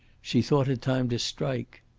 she thought it time to strike.